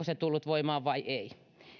se tullut voimaan vai ei